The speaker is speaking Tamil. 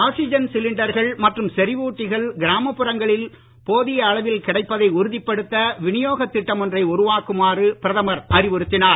ஆக்சிஜன் சிலிண்டர்கள் மற்றும் செறிவூட்டிகள் கிராமப்புறங்களில் போதிய அளவில் கிடைப்பதை உறுதிப்படுத்த விநியோகத் திட்டம் ஒன்றை உருவாக்குமாறு பிரதமர் அறிவுறுத்தினார்